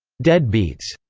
deadbeats,